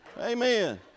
Amen